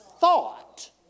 thought